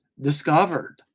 discovered